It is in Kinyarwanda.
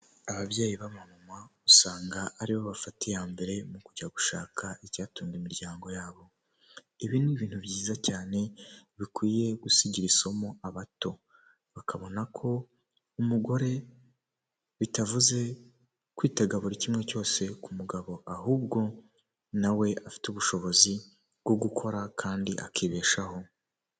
Ababyeyi b'abamama usanga aribo bafata iya mbere mu kujya gushaka icyatunga imiryango yabo, ibi ni ibintu byiza cyane bikwiye gusigira isomo abato, bakabona ko umugore bitavuze kwitega buri kimwe cyose ku mugabo ahubwo na we afite ubushobozi bwo gukora kandi akibeshaho.